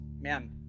man